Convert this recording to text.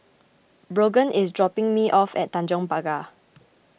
Brogan is dropping me off at Tanjong Pagar